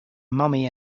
mommy